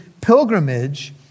pilgrimage